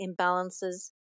imbalances